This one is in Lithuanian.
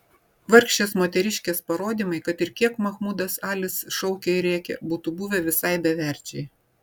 vargšės moteriškės parodymai kad ir kiek mahmudas alis šaukė ir rėkė būtų buvę visai beverčiai